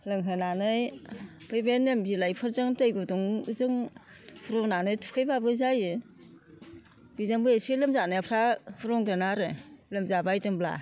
लोंहोनानै नैबे निम बिलाइफोरजों दै गुदुंजों रुनानै थुखैब्लाबो जायो बिजोंबो एसे लोमजानायफ्रा रुंगोनआरो लोमजाबायदोंब्ला